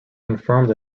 confirmed